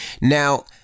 now